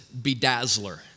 Bedazzler